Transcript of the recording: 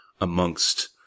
amongst